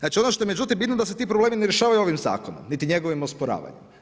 Znači ono što je međutim bitno da se ti problemi ne rješavaju ovim zakonom niti njegovim osporavanjem.